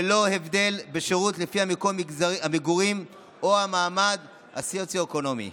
ללא הבדל בשירות לפי מקום המגורים או המעמד הסוציו-אקונומי.